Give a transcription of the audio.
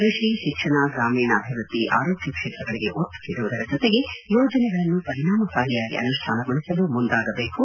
ಕೃಷಿ ಶಿಕ್ಷಣ ಗ್ರಾಮೀಣಾಭಿವೃದ್ಧಿ ಆರೋಗ್ಯ ಕ್ಷೇತ್ರಗಳಿಗೆ ಒತ್ತು ನೀಡುವುದರ ಜತೆಗೆ ಯೋಜನೆಗಳನ್ನು ಪರಿಣಾಮಕಾರಿಯಾಗಿ ಅನುಷ್ಠಾನಗೊಳಿಸಲು ಮುಂದಾಗಬೇಕು